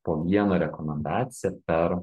po vieną rekomendaciją per